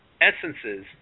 Essences